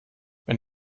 wenn